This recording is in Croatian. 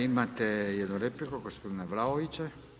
Imate jednu repliku gospodina Vlaovića.